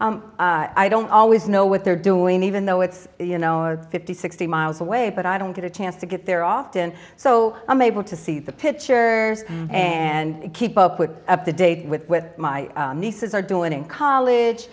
have i don't always know what they're doing even though it's you know fifty sixty miles away but i don't get a chance to get there often so i'm able to see the picture and keep up with up to date with my nieces are doing in college